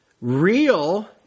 Real